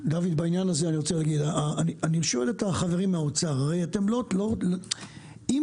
אני שואל את החברים מהאוצר הרי אם